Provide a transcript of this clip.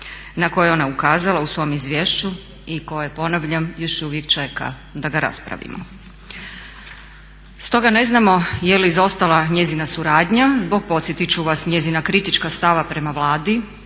na koji je ona ukazala u svom izvješću i koje ponavljam još uvijek čeka da ga raspravimo. Stoga ne znamo je li izostala njezina suradnja zbog podsjetit ću vas njezina kritička stava prema Vladi